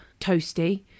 Toasty